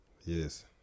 yes